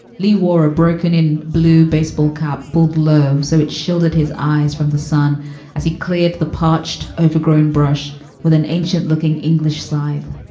lee wore a broken in blue baseball cap, pulled low, so it shielded his eyes from the sun as he cleared the parched, overgrown brush with an ancient looking english slide.